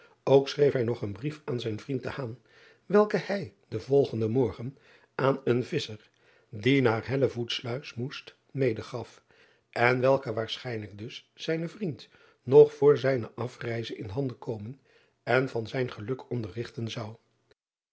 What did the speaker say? ok schreef hij nog een brief aan zijn vriend welken hij den volgenden morgen aan een visscher die naar elvoetsluis moest medegaf en welke waarschijnlijk dus zijn vriend nog voor zijne afreize in handen komen en van zijn geluk